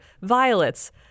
violets